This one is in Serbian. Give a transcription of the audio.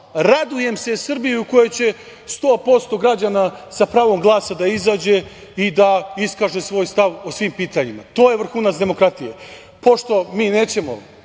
Radujem se Srbiji u kojoj će 100% građana sa pravom glasa da izađe i da iskaže svoj stav o svim pitanjima. To je vrhunac demokratije. Pošto mi nećemo